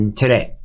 today